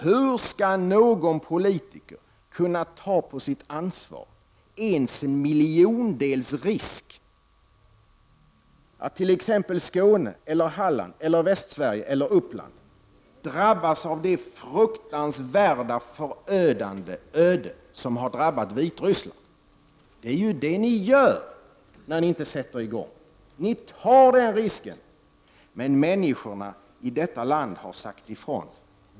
Hur skall någon politiker kunna ta på sitt ansvar ens en miljondels risk att t.ex. Skåne, Halland, Västsverige eller Uppland drabbas av det fruktansvärda, förödande öde som har drabbat Vitryssland? Det är det ni gör när ni inte sätter i gång. Ni tar den risken. Men människorna i detta land har sagt ifrån.